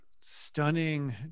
stunning